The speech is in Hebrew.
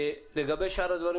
לגבי שאר הדברים,